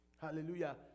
Hallelujah